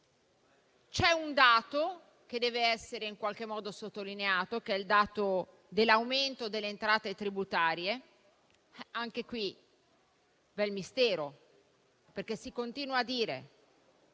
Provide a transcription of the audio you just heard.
C'è un dato che deve essere in qualche modo sottolineato. È il dato dell'aumento delle entrate tributarie. Anche qui è un bel mistero: si continua a dire